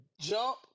jump